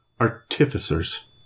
artificers